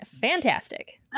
fantastic